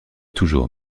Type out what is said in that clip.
toujours